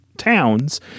towns